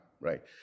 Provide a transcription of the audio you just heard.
Right